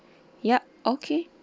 yup okay